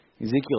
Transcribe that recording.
Ezekiel